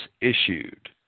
issued